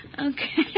Okay